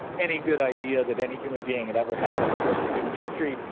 any good idea that any human being had ever had in the course of human history,